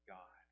God